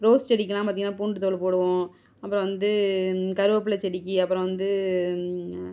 rose செடிக்கெலாம் பார்த்தீங்னா பூண்டு தோல் போடுவோம் அப்புறம் வந்து கருவேப்பிலை செடிக்கு அப்புறம் வந்து